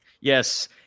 Yes